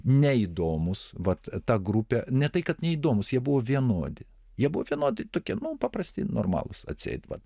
neįdomūs vat ta grupė ne tai kad neįdomūs jie buvo vienodi jie buvo vienodi tokie paprasti normalūs atseit vat